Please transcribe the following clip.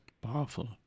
powerful